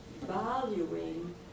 valuing